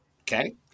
okay